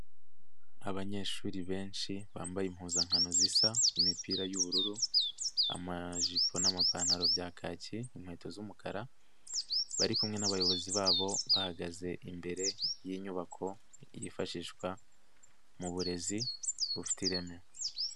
Abanyeshuri benshi bambaye impuzankano zisa, imipira y'ubururu, amajipo n'amapantaro bya kaKi, inkweto z'umukara bari kumwe n'abayobozi babo, bahagaze imbere y'inyubako yifashishwa mu burezi bufite ireme.